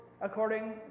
according